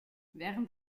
während